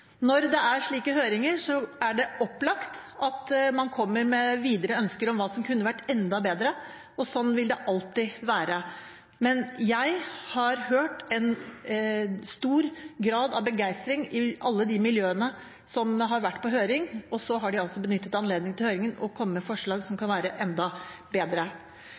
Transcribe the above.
Når det er slike høringer, er det opplagt at man kommer med videre ønsker om hva som kunne vært enda bedre, og slik vil det alltid være. Men jeg har hørt en stor grad av begeistring i alle de miljøene som har vært på høring, og så har de altså benyttet anledningen i høringen til å komme med forslag som kan være enda bedre.